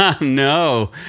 No